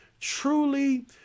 truly